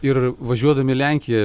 ir važiuodami į lenkiją